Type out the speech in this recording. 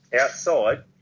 outside